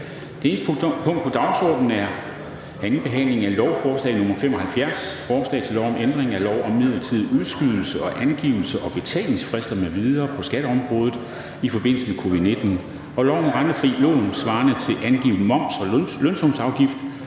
Det eneste punkt på dagsordenen er: 1) 2. behandling af lovforslag nr. L 75: Forslag til lov om ændring af lov om midlertidig udskydelse af angivelses- og betalingsfrister m.v. på skatteområdet i forbindelse med covid-19 og lov om rentefrie lån svarende til angivet moms og lønsumsafgift